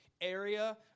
area